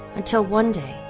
until one day,